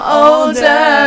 older